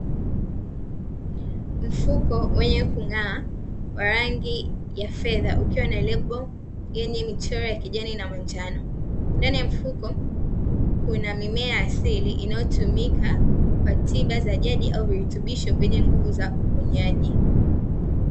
Mfuko wenye kung'aa wa rangi ya fedha ukiwa wa lebo yenye michoro ya kijani na manjano, ndani ya mfuko kuna mimea ya asili inayotumika kwa tiba za jadi au virutubisho vyenye nguvu za uponyaji.